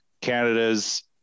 Canada's